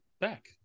back